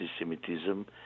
anti-Semitism